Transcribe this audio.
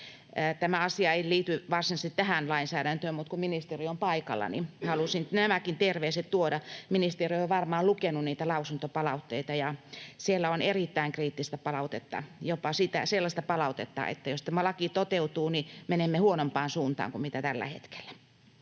Tämä asia ei liity varsinaisesti tähän lainsäädäntöön, mutta kun ministeri on paikalla, niin halusin nämäkin terveiset tuoda. Ministeri on jo varmaan lukenut niitä lausuntopalautteita, ja siellä on erittäin kriittistä palautetta, jopa sellaista palautetta, että jos tämä laki toteutuu, niin menemme huonompaan suuntaan kuin tällä hetkellä.